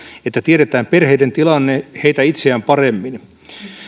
että tiedetään perheiden tilanne niitä itseään paremmin kuulostaa kovin sosiaalidemokraattisen holhoavalta